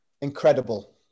incredible